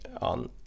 on